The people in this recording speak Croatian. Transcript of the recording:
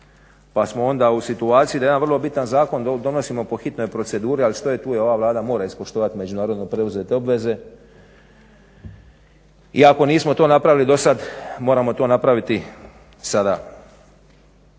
pa smo onda u situaciji da jedan vrlo bitan zakon donosimo po hitnoj proceduri, ali što je tu je. Ova Vlada mora ispoštovati međunarodne preuzete obveze i ako nismo to napravili dosad moramo to napraviti sada.